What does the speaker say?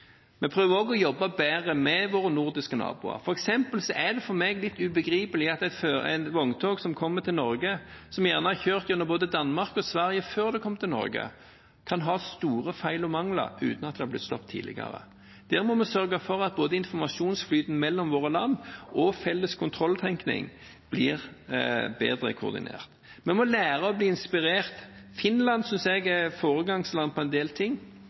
Vi prøver også å jobbe bedre med våre nordiske naboer. For eksempel er det for meg litt ubegripelig at et vogntog som kommer til Norge, som gjerne har kjørt gjennom både Danmark og Sverige før det kom til Norge, kan ha store feil og mangler uten at det har blitt stoppet tidligere. Der må vi sørge for at både informasjonsflyten mellom våre land og felles kontrolltenkning blir bedre koordinert. Vi må lære og bli inspirert. Finland synes jeg er et foregangsland på en del ting,